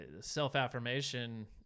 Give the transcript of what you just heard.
self-affirmation